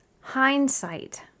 Hindsight